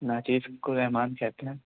ناچیز کو رحمان کہتے ہیں